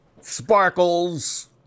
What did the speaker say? Sparkles